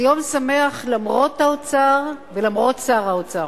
זה יום שמח, למרות האוצר ולמרות שר האוצר.